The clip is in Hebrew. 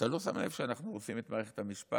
אתה לא שם לב שאנחנו הורסים את מערכת המשפט?